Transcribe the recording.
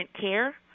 care